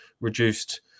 reduced